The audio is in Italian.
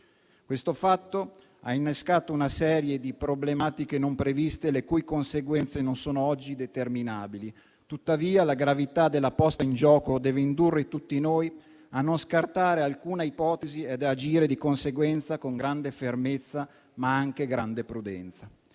Questo fatto ha innescato una serie di problematiche non previste, le cui conseguenze non sono oggi determinabili. Tuttavia, la gravità della posta in gioco deve indurre tutti noi a non scartare alcuna ipotesi e ad agire di conseguenza, con grande fermezza, ma anche grande prudenza.